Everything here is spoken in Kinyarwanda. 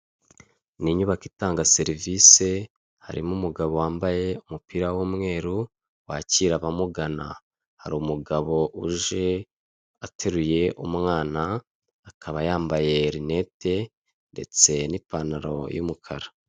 Ni nyubako itanga serivise, harimo umugabo wambaye umupira w'umweru wakira abamugana. Hari umugabo uje ateruye umwana, akaba yambaye rinete ndetse n'ipantaro y'umukara.